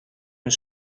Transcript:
hun